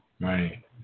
right